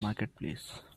marketplace